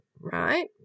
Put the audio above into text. right